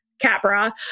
Capra